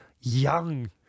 young